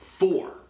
Four